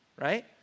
right